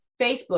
Facebook